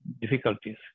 difficulties